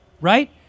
right